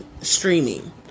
streaming